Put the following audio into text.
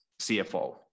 CFO